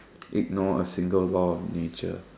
ignore a single law of nature